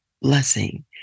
blessing